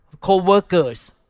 co-workers